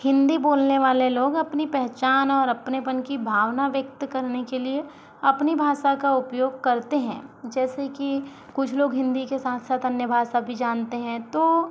हिंदी बोलने वाले लोग अपनी पहचान और अपनेपन की भावना व्यक्त करने के लिए अपनी भाषा का उपयोग करते हैं जैसे कि कुछ लोग हिंदी के साथ साथ अन्य भाषा भी जानते हैं तो